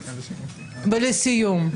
ולסיום,